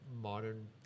modern